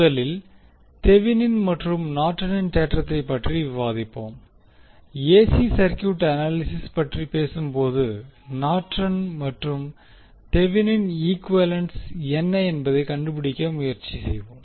முதலில் தெவினின் மற்றும் நார்டனின் தேற்றத்தைப் பற்றி விவாதிப்போம் ஏசி சர்க்யூட் அனாலிசிஸ் பற்றி பேசும்போது நார்டன் மற்றும் தெவினின் ஈக்குவேலன்ஸ் என்ன என்பதைக் கண்டுபிடிக்க முயற்சிப்போம்